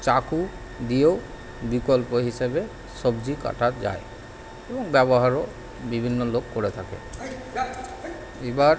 চাকু দিয়েও বিকল্প হিসাবে সবজি কাটা যায় এবং ব্যবহারও বিভিন্ন লোক করে থাকে এবার